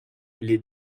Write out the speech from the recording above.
les